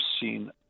seen